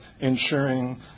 ensuring